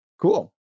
Cool